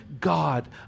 God